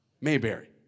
Mayberry